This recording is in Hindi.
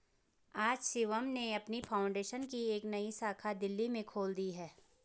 आज शिवम ने अपनी फाउंडेशन की एक नई शाखा दिल्ली में खोल दी है